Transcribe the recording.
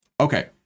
Okay